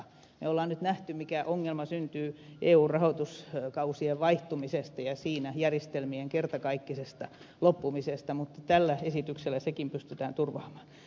me olemme nyt nähneet mikä ongelma syntyy eun rahoituskausien vaihtumisesta ja siinä järjestelmien kertakaikkisesta loppumisesta mutta tällä esityksellä sekin pystytään turvaamaan